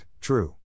true